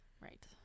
right